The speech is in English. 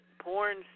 porn